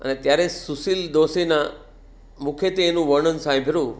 અને ત્યારે સુશીલ દોશીના મુખેથી એનું વર્ણન સાંભળ્યું